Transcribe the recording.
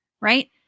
right